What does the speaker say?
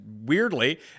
weirdly